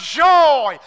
joy